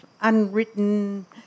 unwritten